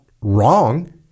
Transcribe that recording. wrong